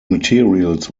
materials